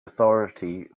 authority